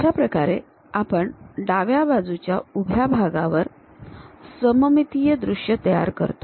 अशा प्रकारे आपण डाव्या बाजूच्या उभ्या भागावर सममितीय दृश्य तयार करतो